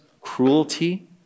cruelty